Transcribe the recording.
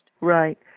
Right